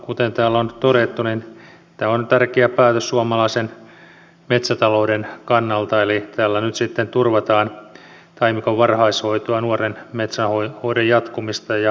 kuten täällä on todettu tämä on tärkeä päätös suomalaisen metsätalouden kannalta eli tällä nyt sitten turvataan taimikon varhaishoito nuoren metsän hoidon jatkumista ja terveyslannoituksen jatkumista